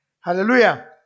Hallelujah